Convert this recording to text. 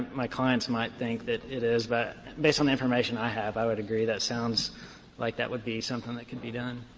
my clients might think that it is, but based on the information i have, i would agree that sounds like that would be something that could be done.